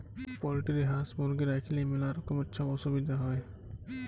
poultry হাঁস, মুরগি রাইখলেই ম্যালা রকমের ছব অসুবিধা হ্যয়